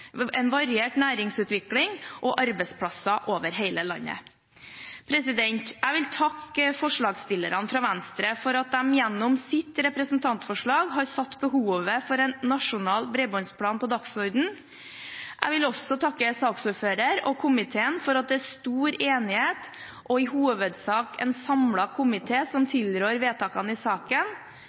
en variert næringsutvikling og arbeidsplasser over hele landet. Jeg vil takke forslagsstillerne fra Venstre for at de gjennom sitt representantforslag har satt behovet for en nasjonal bredbåndsplan på dagsordenen. Jeg vil også takke saksordføreren og komiteen for at det er stor enighet og i hovedsak en samlet komité som tilrår vedtakene i saken.